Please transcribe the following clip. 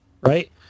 right